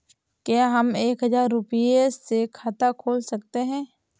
क्या हम एक हजार रुपये से खाता खोल सकते हैं?